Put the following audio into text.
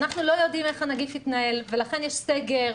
אנחנו לא יודעים איך הנגיף יתנהל ולכן יש סגר,